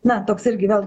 na toks irgi vėl